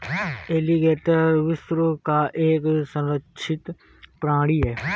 alligator विश्व का एक संरक्षित प्राणी है